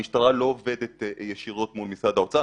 המשטרה לא עובדת ישירות מול משרד האוצר.